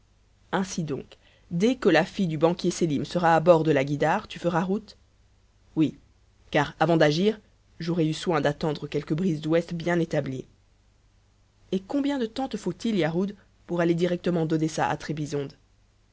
ainsi donc dès que la fille du banquier sélim sera à bord de la guïdare tu feras route oui car avant d'agir j'aurai eu soin d'attendre quelque brise d'ouest bien établie et combien de temps te faut-il yarhud pour aller directement d'odessa à